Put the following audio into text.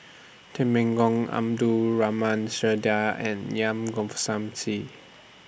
Temenggong Abdul Rahman Dyer and